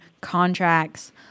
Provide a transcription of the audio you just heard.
contracts